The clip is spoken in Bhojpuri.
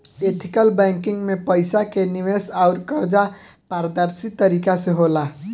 एथिकल बैंकिंग में पईसा के निवेश अउर कर्जा पारदर्शी तरीका से होला